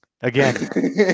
Again